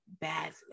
badly